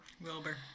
wilbur